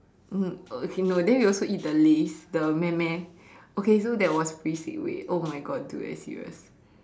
mmhmm okay no then we also ate the Lays the meh meh okay so that was pretty sick wait oh my God dude are you serious